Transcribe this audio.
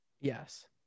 Yes